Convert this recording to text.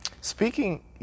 Speaking